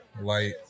light